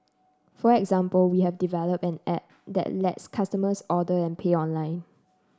for example we have developed an A P P that lets customers order and pay online